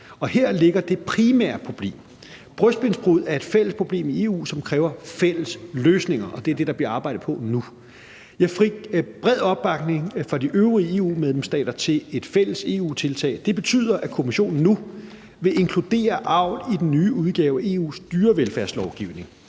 her ligger det primære problem. Brystbensbrud er et fælles problem i EU, som kræver fælles løsninger, og det er det, der bliver arbejdet på nu. Jeg fik bred opbakning fra de øvrige EU-medlemsstater til et fælles EU-tiltag. Det betyder, at Kommissionen nu vil inkludere avl i den nye udgave af EU's dyrevelfærdslovgivning.